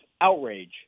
outrage